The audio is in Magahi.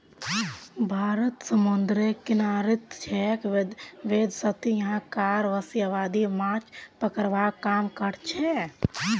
भारत समूंदरेर किनारित छेक वैदसती यहां कार बेसी आबादी माछ पकड़वार काम करछेक